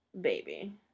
baby